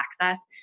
access